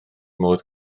modd